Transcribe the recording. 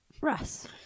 Russ